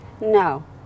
No